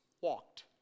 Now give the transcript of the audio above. walked